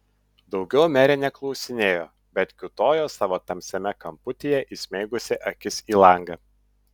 daugiau merė neklausinėjo bet kiūtojo savo tamsiame kamputyje įsmeigusi akis į langą